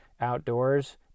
outdoors